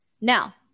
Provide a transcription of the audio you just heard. Now